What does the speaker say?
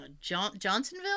Johnsonville